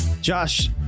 Josh